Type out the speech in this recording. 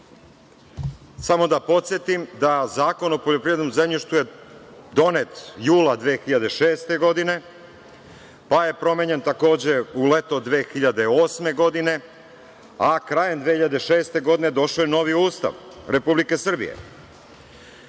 Samo da podsetim da Zakon o poljoprivrednom zemljištu je donet jula 2006. godine, pa je promenjen u leto 2008. godine, a krajem 2006. godine došao je novi Ustav Republike Srbije. Sledeća